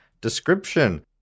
description